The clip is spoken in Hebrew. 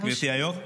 גברתי היו"ר?